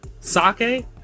Sake